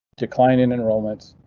decline in enrollment.